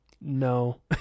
No